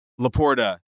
Laporta